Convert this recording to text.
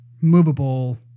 movable